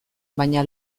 baina